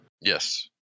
Yes